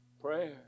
Prayer